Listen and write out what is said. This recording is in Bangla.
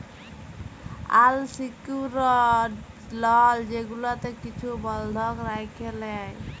আল সিকিউরড লল যেগুলাতে কিছু বল্ধক রাইখে লেই